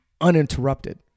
uninterrupted